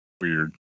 weird